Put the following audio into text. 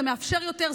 זה מאפשר יותר,